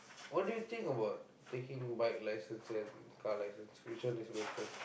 what do you think about taking bike licence and car licence which one is better